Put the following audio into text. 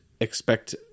expect